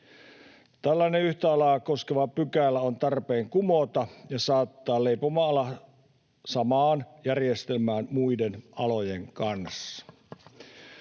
Tällainen yhtä alaa koskeva pykälä on tarpeen kumota ja saattaa leipomoala samaan järjestelmään muiden alojen kanssa.